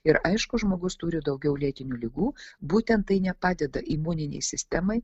ir aišku žmogus turi daugiau lėtinių ligų būtent tai nepadeda imuninei sistemai